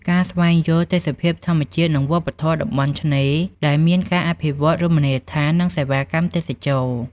ការស្វែងយល់ទេសភាពធម្មជាតិ និងវប្បធម៌តំបន់ឆ្នេរ ដែលមានការអភិវឌ្ឍន៍រមណីយដ្ឋាន និងសេវាកម្មទេសចរណ៍។